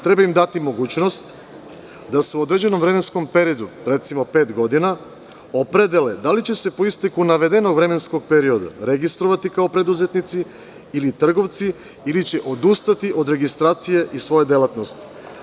Treba im dati mogućnost da se u određenom vremenskom periodu, recimo pet godina opredele da li će se po isteku navedenog vremenskog perioda registrovati ako preduzetnici, ali trgovci, ili će odustati od registracije i svoje delatnosti.